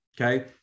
Okay